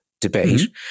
debate